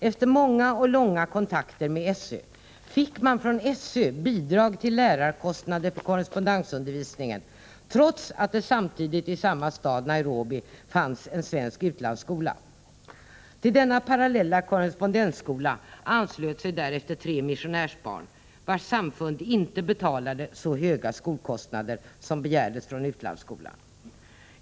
Efter många och långa kontakter med SÖ fick man bidrag till lärarkostnaden för korrespondensundervisningen — trots att det samtidigt i samma stad, Nairobi, fanns en svensk utlandsskola. Till denna parallella korrespondensskola anslöt sig därefter tre missionärsbarn, vilkas samfund inte betalade så höga skolkostnader som begärdes från utlandsskolan.